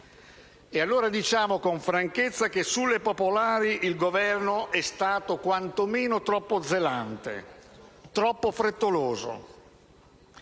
allora con franchezza che sulle popolari il Governo è stato quantomeno troppo zelante e troppo frettoloso.